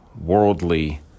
worldly